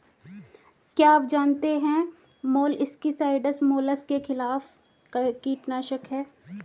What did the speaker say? क्या आप जानते है मोलस्किसाइड्स मोलस्क के खिलाफ कीटनाशक हैं?